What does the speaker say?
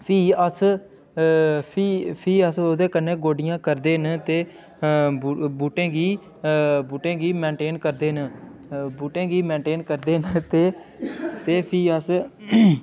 फ्ही अस फ्ही फ्ही अस ओह्दे कन्नै गोड्डियां करदे न ते ब बूह्टें गी बूह्टें गी मेंटेन करदे न बूह्टें गी मेंटेन करदे न ते ते भी अस